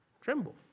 tremble